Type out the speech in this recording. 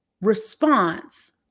response